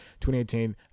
2018